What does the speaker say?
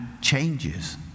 changes